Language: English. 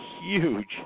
Huge